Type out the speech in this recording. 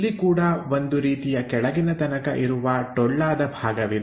ಇಲ್ಲಿ ಕೂಡ ಒಂದು ರೀತಿಯ ಕೆಳಗಿನ ತನಕ ಇರುವ ಟೊಳ್ಳಾದ ಭಾಗವಿದೆ